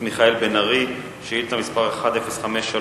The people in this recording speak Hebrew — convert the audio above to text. חבר הכנסת מיכאל בן-ארי, שאילתא מס' 1053: